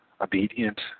obedient